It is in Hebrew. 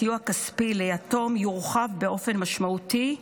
הסיוע הכספי ליתום יורחב באופן משמעותי,